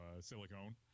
silicone